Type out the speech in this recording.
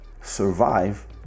survive